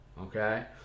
Okay